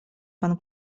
pan